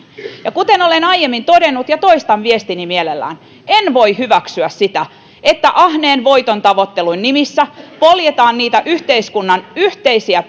ja kuten olen aiemmin todennut ja toistan viestini mielelläni en voi hyväksyä sitä että ahneen voitontavoittelun nimissä poljetaan niitä yhteiskunnan yhteisiä